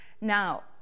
Now